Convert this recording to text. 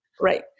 Right